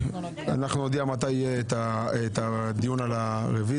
אנחנו נודיע מתי יהיה הדיון על הרוויזיה.